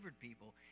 people